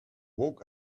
woke